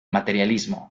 materialismo